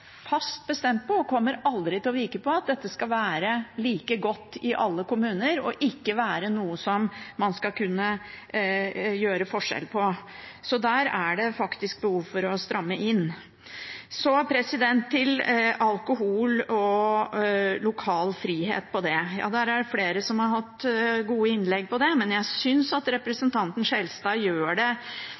fast bestemt på og kommer aldri til å vike på at dette skal være like godt i alle kommuner og noe som man ikke skal kunne gjøre forskjell på, så der er det faktisk behov for å stramme inn. Så til alkohol og lokal frihet på det. Ja, det er flere som har hatt gode innlegg om det, men jeg syns representanten Skjelstad gjør det